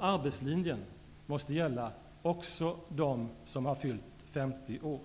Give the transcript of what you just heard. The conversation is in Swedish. Arbetslinjen måste gälla också dem som har fyllt 50 år!